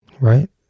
right